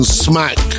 smack